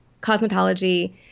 cosmetology